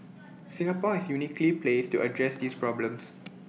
Singapore is uniquely placed to address these problems